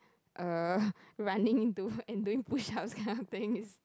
uh running into and doing push ups kind of things is